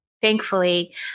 thankfully